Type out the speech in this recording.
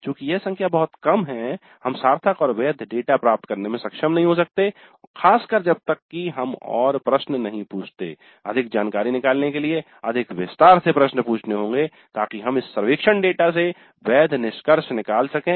चूँकि यह संख्या बहुत कम है हम सार्थक और वैध डेटा प्राप्त करने में सक्षम नहीं हो सकते हैं खासकर तब जब तक कि हम और प्रश्न नहीं पूछते अधिक जानकारी निकालने के लिए अधिक विस्तार से प्रश्न पूछने होगे ताकि हम इस सर्वेक्षण डेटा से वैध निष्कर्ष निकाल सकें